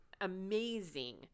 amazing